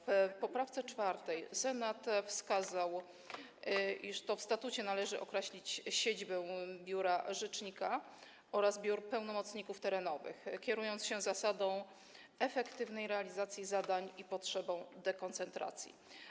W poprawce 4. Senat wskazał, iż to w statucie należy określić siedzibę biura rzecznika oraz biur pełnomocników terenowych, kierując się zasadą efektywnej realizacji zadań i potrzebą dekoncentracji.